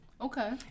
okay